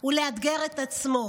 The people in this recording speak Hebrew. ולאתגר את עצמו,